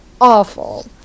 awful